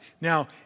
Now